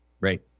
Right